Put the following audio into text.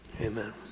Amen